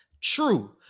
True